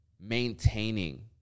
Maintaining